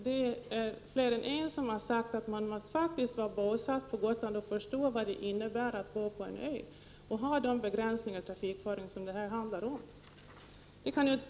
Det är fler än en som har sagt att man faktiskt måste vara bosatt på Gotland för att förstå vad det innebär att bo på en ö och ha de begränsningar i trafikföring som det här handlar om.